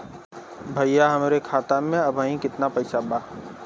भईया हमरे खाता में अबहीं केतना पैसा बा?